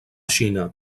xina